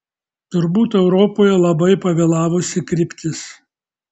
turbūt europoje labai pavėlavusi kryptis